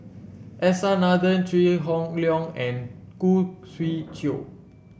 S R Nathan Chew Hock Leong and Khoo Swee Chiow